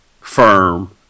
firm